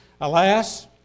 Alas